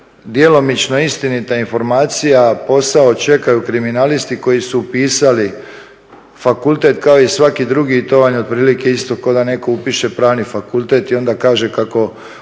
djelomično istinita informacija, posao čekaju kriminalisti koji su upisali fakultet kao i svaki drugi, to vam je otprilike isto kao da netko upiše pravni fakultet i onda kaže kako